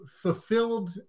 fulfilled